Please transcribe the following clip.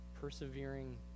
persevering